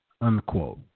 unquote